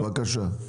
בבקשה.